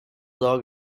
dog